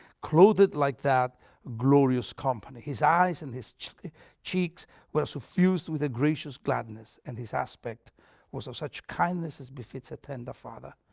clothed like that glorious company. his eyes and his cheeks cheeks were suffused with a gracious gladness, and his aspect was of such kindness as befits a tender father.